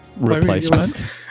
Replacement